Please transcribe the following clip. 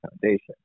foundation